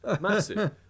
Massive